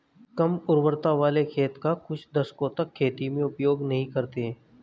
कम उर्वरता वाले खेत का कुछ दशकों तक खेती में उपयोग नहीं करते हैं